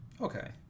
okay